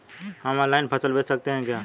हम ऑनलाइन फसल बेच सकते हैं क्या?